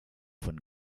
von